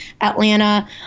Atlanta